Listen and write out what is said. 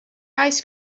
ice